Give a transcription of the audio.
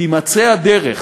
תימצא הדרך